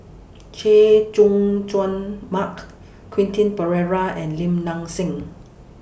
Chay Jung Jun Mark Quentin Pereira and Lim Nang Seng